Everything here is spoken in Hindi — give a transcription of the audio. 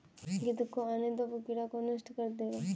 गिद्ध को आने दो, वो कीड़ों को नष्ट कर देगा